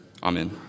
Amen